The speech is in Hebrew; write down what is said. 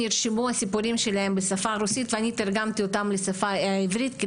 נרשמו הסיפורים שלהם בשפה הרוסית ואני תרגמתי אותם לשפה העברית,